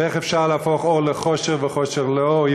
ואיך אפשר להפוך אור לחושך וחושך לאור,